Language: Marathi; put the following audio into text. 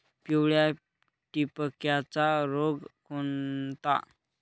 पिवळ्या ठिपक्याचा रोग कोणता?